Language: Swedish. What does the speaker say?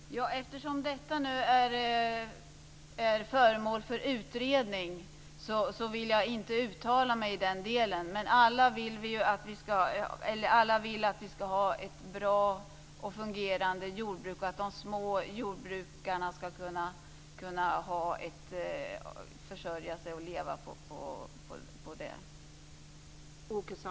Fru talman! Eftersom detta nu är föremål för utredning vill jag inte uttala mig i den delen. Men alla vill att vi skall ha ett bra och fungerande jordbruk och att de små jordbrukarna skall kunna försörja sig och leva på detta.